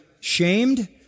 shamed